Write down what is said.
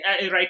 right